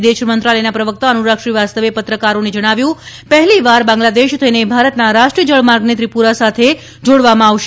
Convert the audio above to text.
વિદેશ મંત્રાલયના પ્રવક્તા અનુરાગ શ્રીવાસ્તવે પત્રકારોને જણાવ્યું કે પહેલીવાર બાંગ્લાદેશ થઇને ભારતના રાષ્ટ્રીય જળમાર્ગને ત્રિપુરા સાથે જોડવામાં આવશે